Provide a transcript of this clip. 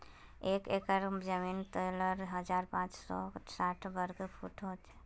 एक एकड़ जमीन तैंतालीस हजार पांच सौ साठ वर्ग फुट हो छे